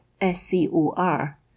s-c-o-r